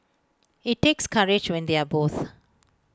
IT takes courage when they are both